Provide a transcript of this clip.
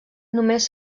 només